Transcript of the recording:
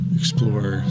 explore